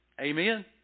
Amen